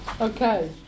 Okay